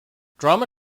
drama